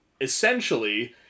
essentially